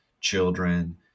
children